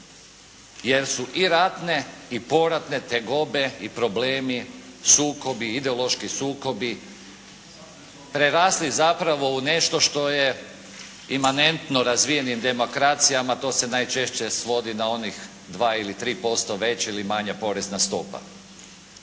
jer su i ratne i poratne tegobe i problemi sukobi, ideološki sukobi prerasli zapravo u nešto što je imanentno razvijenim demokracijama, to se najčešće svodi na onih 2 ili 3% veća ili manja porezna stopa.